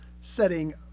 setting